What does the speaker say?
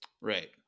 Right